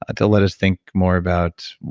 ah to let us think more about,